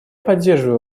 поддерживаю